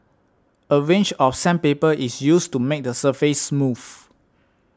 a range of sandpaper is used to make the surface smooth